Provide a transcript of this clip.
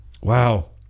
Wow